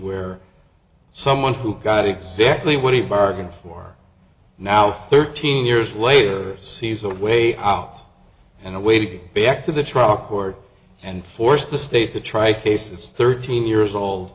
where someone who got exactly what he bargained for now thirteen years later sees a way out and a way to get back to the trial court and force the state to try cases thirteen years old